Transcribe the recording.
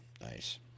Nice